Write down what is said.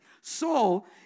Saul